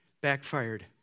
backfired